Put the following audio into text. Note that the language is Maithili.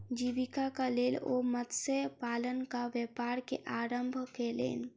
जीवीकाक लेल ओ मत्स्य पालनक व्यापार के आरम्भ केलैन